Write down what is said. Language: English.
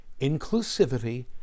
inclusivity